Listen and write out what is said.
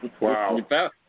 Wow